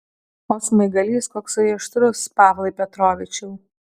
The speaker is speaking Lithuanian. o smaigalys koksai aštrus pavlai petrovičiau